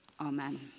Amen